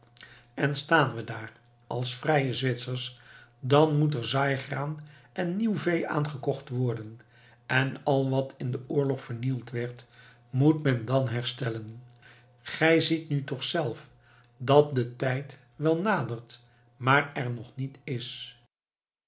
en staan we daar als vrije zwitsers dan moet er zaaigraan en nieuw vee aangekocht worden en al wat in den oorlog vernield werd moet men dan herstellen gij ziet nu toch zelf dat de tijd wel nadert maar er nog niet is